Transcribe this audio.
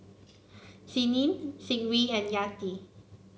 Senin Zikri and Yati